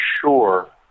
sure